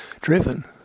driven